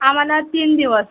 आम्हाला तीन दिवस